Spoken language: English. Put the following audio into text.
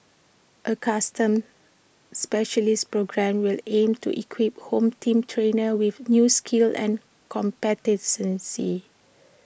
A custom specialist programme will aim to equip home team trainers with new skills and competencies